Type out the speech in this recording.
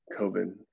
COVID